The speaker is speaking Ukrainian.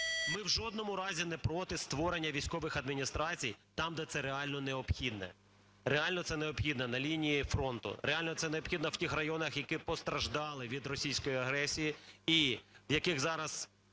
Ми в жодному разі не проти створення військових адміністрацій там, де це реально необхідно. Реально це необхідно на лінії фронту. Реально це необхідно в тих районах, які постраждали від російської агресії і в яких зараз